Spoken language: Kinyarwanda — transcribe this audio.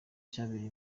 cyabereye